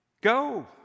Go